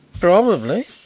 Probably